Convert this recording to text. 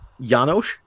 Janos